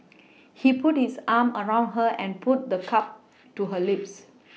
he put his arm around her and put the cup to her lips